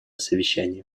совещание